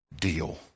deal